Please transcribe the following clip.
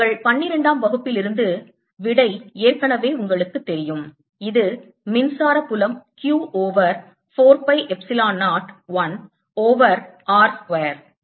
உங்கள் பன்னிரெண்டாம் வகுப்பிலிருந்து விடை ஏற்கனவே உங்களுக்குத் தெரியும் இது மின்சார புலம் Q over 4 pi epsilon 0 1 over r square